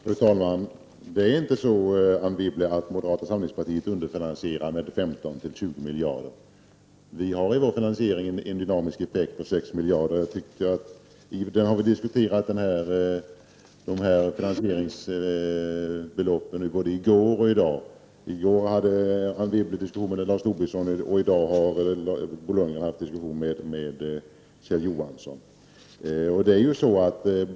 Fru talman! Det är inte så, Anne Wibble, att moderata samlingspartiet underfinansierar med 15-20 miljarder. Vi har i vår finansiering en dynamisk effekt på 6 miljarder. Det här beloppet har diskuterats både i går och i dag — i går diskuterade Anne Wibble med Lars Tobisson, och i dag har Bo Lundgren haft en diskussion med Kjell Johansson.